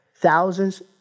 thousands